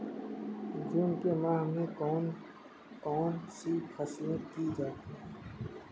जून के माह में कौन कौन सी फसलें की जाती हैं?